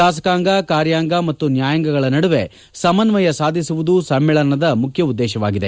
ಶಾಸಕಾಂಗ ಕಾರ್ಯಾಂಗ ಮತ್ತು ನ್ಯಾಯಾಂಗಗಳ ನಡುವೆ ಸಮನ್ವಯ ಸಾಧಿಸುವುದು ಸಮ್ನೇಳನದ ಮುಖ್ಯ ಉದ್ದೇಶವಾಗಿದೆ